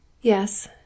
Yes